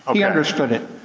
he understood it.